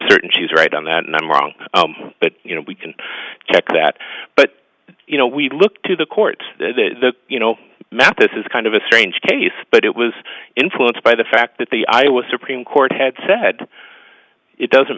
certain she's right on that and i'm wrong but you know we can check that but you know we look to the courts that the you know math this is kind of a strange case but it was influenced by the fact that the iowa supreme court had said it doesn't